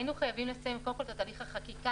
היינו חייבים לסיים קודם את תהליך החקיקה,